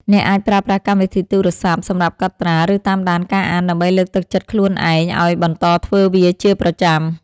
អ្នកអាចប្រើប្រាស់កម្មវិធីទូរស័ព្ទសម្រាប់កត់ត្រា ឬតាមដានការអាន ដើម្បីលើកទឹកចិត្តខ្លួនឯងឱ្យបន្តធ្វើវាជាប្រចាំ។